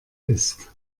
ist